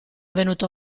venuto